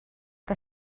que